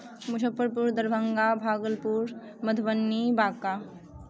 Muzaffarpur Darbhanga Bhagalpur Madhubani Banka